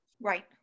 Right